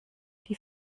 die